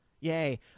Yay